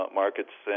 markets